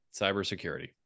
cybersecurity